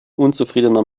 unzufriedener